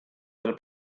del